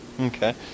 Okay